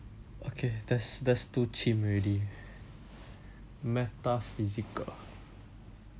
okay that's that's too chim already metaphysical